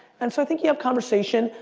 and so i think you have conversation.